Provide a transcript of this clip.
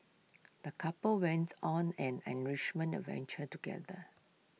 the couple went on an enrichment adventure together